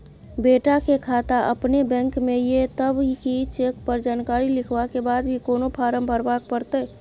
बेटा के खाता अपने बैंक में ये तब की चेक पर जानकारी लिखवा के बाद भी कोनो फारम भरबाक परतै?